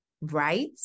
Right